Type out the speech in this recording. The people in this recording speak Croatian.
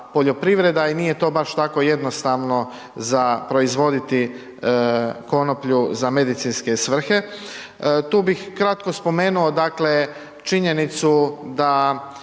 poljoprivreda i nje to baš tako jednostavno za proizvoditi konoplju za medicinske svrhe. Tu bih kratko spomenuo činjenicu da